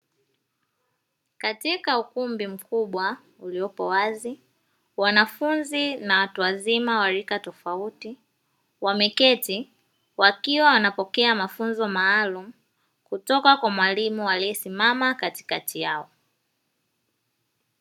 Katika ukumbi mkubwa uliopo wazi, wanafunzi na watu wazima wa rika tofauti wameketi wakiwa wanapokea mafunzo maalum kutoka kwa mwalimu aliyesimama katikati yao.